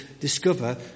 discover